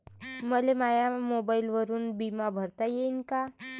मले माया मोबाईलवरून बिमा भरता येईन का?